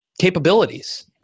capabilities